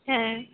হ্যাঁ